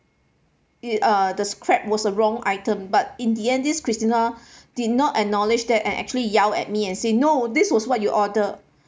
uh the crab was a wrong item but in the end this christina did not acknowledge that and actually yell at me and say no this was what you order